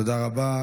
תודה רבה.